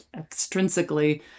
extrinsically